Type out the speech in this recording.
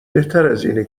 بهترازاینه